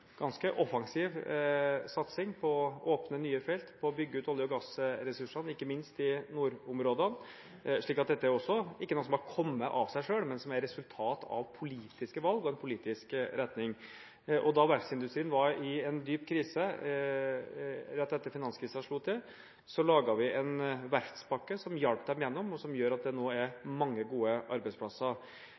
ganske offensiv satsing på å åpne nye felt, på å bygge ut olje- og gassressursene, ikke minst i nordområdene. Så dette er også noe som ikke bare har kommet av seg selv, men som er et resultat av politiske valg og en politisk retning. Da verftsindustrien var i en dyp krise rett etter at finanskrisen slo til, så laget vi en verftspakke som hjalp dem igjennom, og som gjør at det nå er mange gode arbeidsplasser.